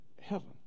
heaven